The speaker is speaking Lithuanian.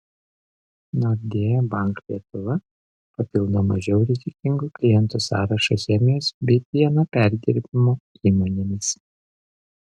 nordea bank lietuva papildo mažiau rizikingų klientų sąrašą chemijos bei pieno perdirbimo įmonėmis